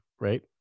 right